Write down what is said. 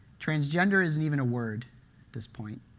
transgender isn't even a word this point.